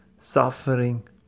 suffering